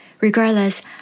Regardless